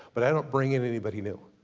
but i don't bring in anybody new.